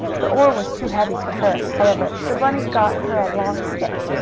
the oar was too heavy for her, however, so bunny got her a long stick.